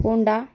Honda